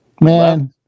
Man